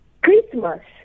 christmas